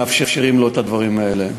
מאפשרים לו את הדברים האלה.